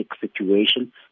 situation